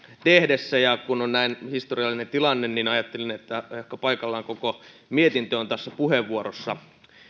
tehdessä ja kun on näin historiallinen tilanne niin ajattelin että on ehkä paikallaan koko mietintö tässä puheenvuorossa